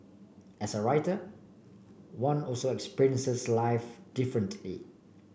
as a writer one also experiences life differently